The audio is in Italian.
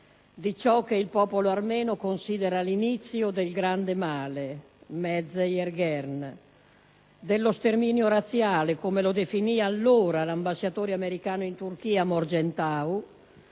di ciò che il popolo armeno considera l'inizio del grande male, «Medz Yeghern», dello sterminio razziale, come lo definì allora l'ambasciatore americano presso